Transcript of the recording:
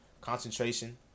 concentration